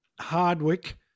Hardwick